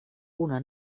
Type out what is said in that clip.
una